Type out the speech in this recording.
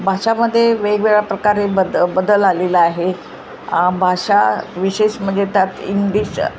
भाषेमध्ये वेगवेगळ्या प्रकारे बद बदल आलेलं आहे भाषा विशेष म्हणजे त्यात इंग्लिश